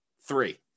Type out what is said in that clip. three